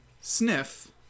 sniff